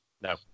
No